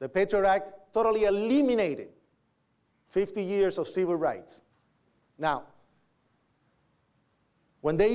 the patriot act totally eliminated fifty years of civil rights now when they